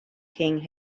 king